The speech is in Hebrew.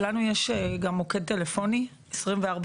אגב, לנו יש גם מוקד טלפוני 24/7,